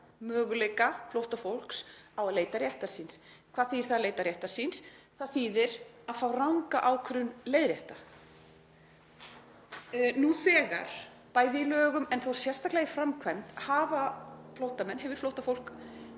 möguleika flóttafólks á að leita réttar síns. Hvað þýðir það að leita réttar síns? Það þýðir að fá ranga ákvörðun leiðrétta. Nú þegar, bæði í lögum en þó sérstaklega í framkvæmd, hefur flóttafólk